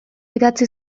idatzi